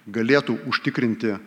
galėtų užtikrinti